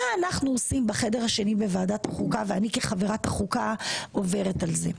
מה אנחנו עושים בחדר השני בוועדת החוקה ואני כחברת הוועדה עוברת על זה?